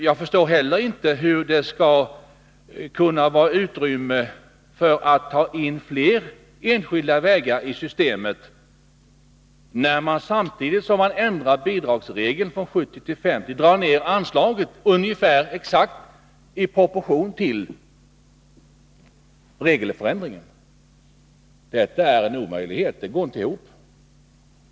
Jag förstår inte heller hur det skall kunna bli utrymme för att ta in flera enskilda vägar i systemet, när man samtidigt som man ändrar bidragsregeln från 70 9 till 50 70 drar ned anslaget exakt i proportion till regelförändringen. Det är en omöjlighet! Det går inte ihop.